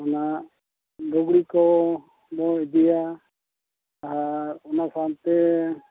ᱚᱱᱟ ᱞᱩᱜᱽᱲᱤᱡ ᱠᱚᱵᱚ ᱤᱫᱤᱭᱟ ᱟᱨ ᱚᱱᱟ ᱥᱟᱶᱛᱮ